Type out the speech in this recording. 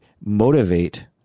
motivate